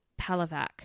Palavac